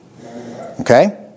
Okay